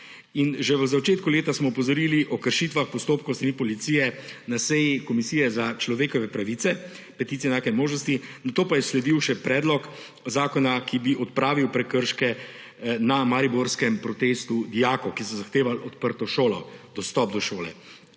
Že v začetku leta smo opozorili o kršitvah postopkov s strani policije na seji Komisije za peticije, človekove pravice in enake možnosti, nato pa je sledil še predlog zakona, ki bi odpravil prekrške na mariborskem protestu dijakov, ki so zahtevali odprto šolo, dostop do šole.